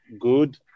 good